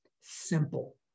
simple